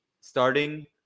starting